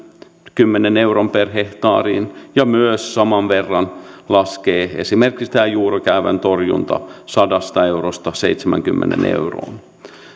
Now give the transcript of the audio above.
euroon per hehtaari ja myös saman verran laskee esimerkiksi tämä juurikäävän torjunta sadasta eurosta seitsemäänkymmeneen euroon